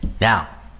Now